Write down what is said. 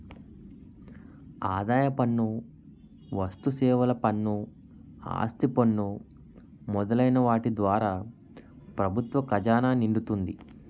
ఆదాయ పన్ను వస్తుసేవల పన్ను ఆస్తి పన్ను మొదలైన వాటి ద్వారా ప్రభుత్వ ఖజానా నిండుతుంది